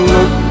Look